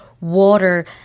water